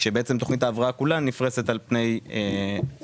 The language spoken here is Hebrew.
כאשר תוכנית ההבראה כולה נפרסת על פני כשלוש